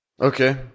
Okay